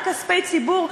על כספי ציבור,